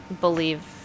believe